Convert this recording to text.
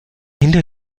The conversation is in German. hinter